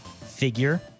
figure